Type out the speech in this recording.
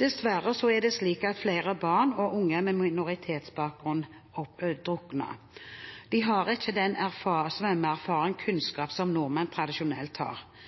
Dessverre drukner flere barn og unge med minoritetsbakgrunn. De har ikke den